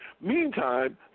Meantime